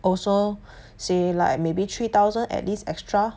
also say like maybe three thousand at least extra